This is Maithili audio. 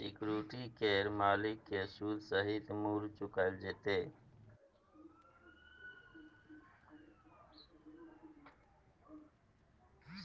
सिक्युरिटी केर मालिक केँ सुद सहित मुर चुकाएल जेतै